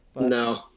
No